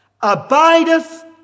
abideth